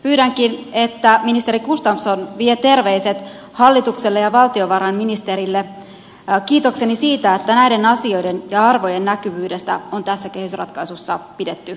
pyydänkin että ministeri gustafsson vie hallitukselle ja valtiovarainministerille terveiseni kiitokseni siitä että näiden asioiden ja arvojen näkyvyydestä on tässä kehysratkaisussa pidetty huolta